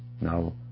now